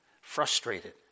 frustrated